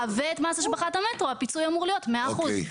ואת מס השבחת המטרו הפיצוי אמור להיות 100%. מאה אחוז.